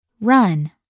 Run